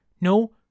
no